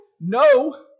No